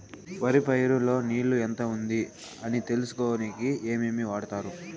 వరి పైరు లో నీళ్లు ఎంత ఉంది అని తెలుసుకునేకి ఏమేమి వాడతారు?